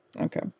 okay